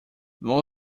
many